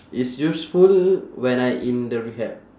it's useful when I in the rehab